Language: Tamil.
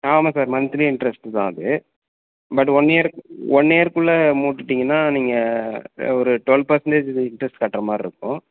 ஆ ஆமாம் சார் மந்த்லி இன்டெர்ஸ்ட்டு தான் அது பட் ஒன் இயர்க்கு ஒன் இயர்க்குள்ளே மீட்டுட்டிங்கன்னா நீங்கள் ஒரு டுவெல் பேர்சன்டேஜ் இன்டெர்ஸ்ட் கட்டுற மாரிருக்கும்